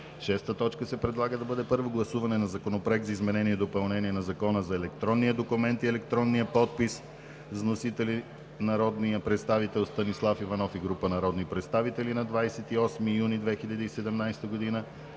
представители на 5 юли 2017 г. 6. Първо гласуване на Законопроекта за изменение и допълнение на Закона за електронния документ и електронния подпис. Вносители са народният представител Станислав Иванов и група народни представители на 28 юни 2017 г.